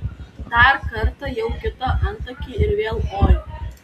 dar kartą jau kitą antakį ir vėl oi